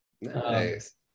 Nice